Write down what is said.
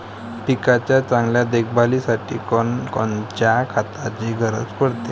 पिकाच्या चांगल्या देखभालीसाठी कोनकोनच्या खताची गरज पडते?